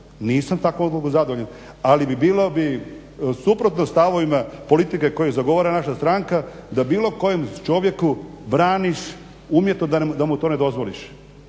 Nisam tavom odlukom zadovoljan ali bi bilo suprotno stavovima politike koju zagovara naša stranka da bilo kojem čovjeku braniš umjesto da mu to ne dozvoliš.